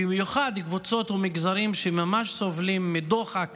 במיוחד לקבוצות ומגזרים שסובלים ממש מדוחק